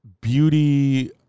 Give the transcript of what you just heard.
beauty